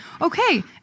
okay